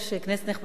כנסת נכבדה,